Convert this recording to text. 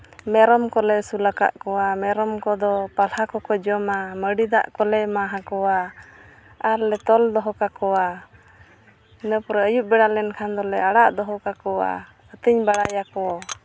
ᱢᱮᱨᱚᱢ ᱠᱚᱞᱮ ᱟᱹᱥᱩᱞ ᱟᱠᱟᱫ ᱠᱚᱣᱟ ᱢᱮᱨᱚᱢ ᱠᱚᱫᱚ ᱯᱟᱞᱦᱟ ᱠᱚᱠᱚ ᱡᱚᱢᱼᱟ ᱢᱟᱺᱰᱤ ᱫᱟᱜ ᱠᱚᱞᱮ ᱮᱢᱟᱠᱚᱣᱟ ᱟᱨᱞᱮ ᱛᱚᱞ ᱫᱚᱦᱚ ᱠᱟᱠᱚᱣᱟ ᱤᱱᱟᱹ ᱯᱚᱨᱮ ᱟᱹᱭᱩᱵ ᱵᱮᱲᱟ ᱞᱮᱱᱠᱷᱟᱱ ᱫᱚᱞᱮ ᱟᱲᱟᱜ ᱫᱚᱦᱚ ᱠᱟᱠᱚᱣᱟ ᱟᱹᱛᱤᱧ ᱵᱟᱲᱟᱭᱟᱠᱚ